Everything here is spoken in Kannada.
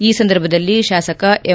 ಈ ಸಂದರ್ಭದಲ್ಲಿ ಶಾಸಕ ಎಂ